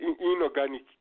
inorganic